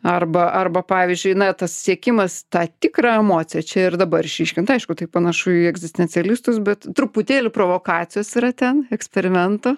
arba arba pavyzdžiui na tas siekimas tą tikrą emociją čia ir dabar išryškint aišku tai panašu į egzistencialistus bet truputėlį provokacijos yra ten eksperimentų